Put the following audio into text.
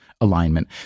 alignment